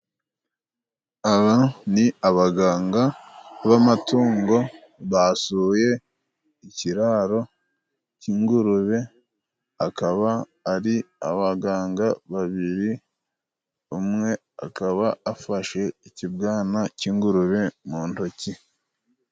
Aba ni abaganga b'amatungo basuye ikiraro cy'ingurube, akaba ari abaganga babiri. Umwe akaba afashe ikibwana cy'ingurube mu ntoki.